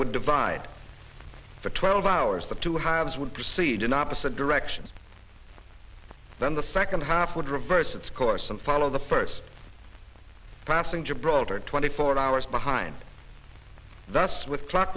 would divide for twelve hours the two halves would proceed in opposite directions then the second half would reverse its course and follow the first passing gibraltar twenty four hours behind that's with clock